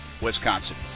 Wisconsin